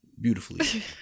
beautifully